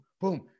boom